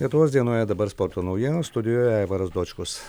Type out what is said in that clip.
lietuvos dienoje dabar sporto naujienų studijoje aivaras dočkus